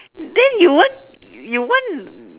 then you want you want